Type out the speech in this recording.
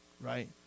Right